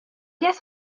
guess